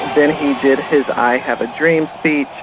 then he did his i have a dream speech,